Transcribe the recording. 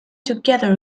together